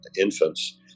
infants